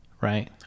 right